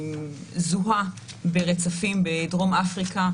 זוהה ברצפים בדרום אפריקה,